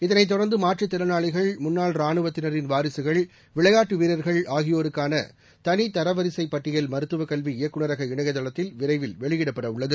இதைத் தொடர்ந்து மாற்றுத் திறனாளிகள் முன்னாள் ரானுவத்தினரின் வாரிசுகள் விளையாட்டு வீரர்கள் ஆகியோருக்கான தனி தரவரிசைப் பட்டியல் மருத்துவக் கல்வி இயக்குநரக இணையதளத்தில் விரைவில் வெளியிடப்பட உள்ளது